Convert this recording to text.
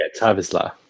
Tavisla